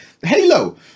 Halo